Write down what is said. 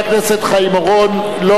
מוות במרשם רופא),